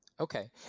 Okay